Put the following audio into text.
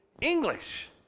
English